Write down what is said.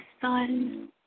sun